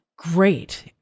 Great